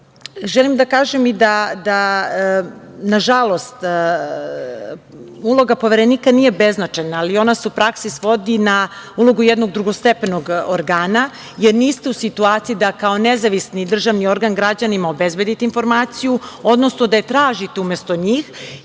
da kažem i da nažalost uloga Poverenika nije beznačajna ali se ona u praksi svodi na ulogu jednog drugostepenog organa jer niste u situaciji da kao nezavisni državni organ građanima obezbedite informaciju, odnosno da je tražite umesto njih